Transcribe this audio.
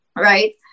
Right